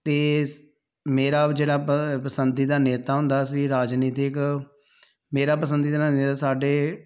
ਅਤੇ ਮੇਰਾ ਜਿਹੜਾ ਪ ਪਸੰਦੀਦਾ ਨੇਤਾ ਹੁੰਦਾ ਸੀ ਰਾਜਨੀਤਿਕ ਮੇਰਾ ਪਸੰਦੀਦਾ ਨੇਤਾ ਸਾਡੇ